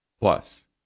Plus